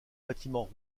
bâtiments